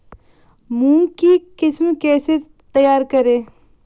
मूंग की किस्म कैसे तैयार करें?